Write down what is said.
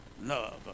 love